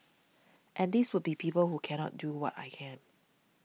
and these would be people who cannot do what I can